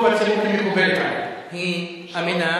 טובה צימוקי מקובלת עלי, היא אמינה.